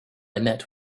met